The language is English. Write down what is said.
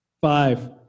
Five